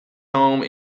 home